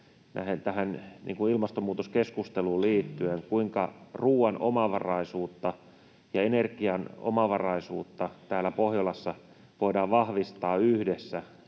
tähän ilmastonmuutoskeskusteluun liittyviä hankkeita teillä menossa? Kuinka ruoan omavaraisuutta ja energian omavaraisuutta täällä Pohjolassa voidaan vahvistaa yhdessä